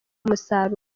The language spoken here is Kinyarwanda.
umusaruro